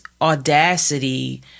audacity